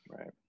right